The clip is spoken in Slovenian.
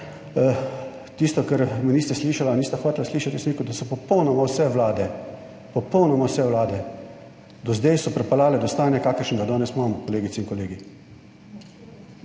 Tisto kar me niste slišala, niste hotela slišati, jaz sem rekel, da so popolnoma vse vlade, popolnoma vse vlade, do zdaj, so pripeljale do stanja kakršnega danes imamo, kolegice in kolegi.